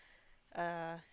uh